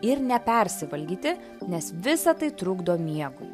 ir nepersivalgyti nes visa tai trukdo miegui